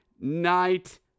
night